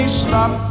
stop